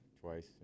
twice